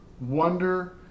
wonder